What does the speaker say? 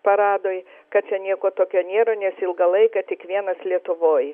paradui kad čia nieko tokio nėra nes ilgą laiką tik vienas lietuvoj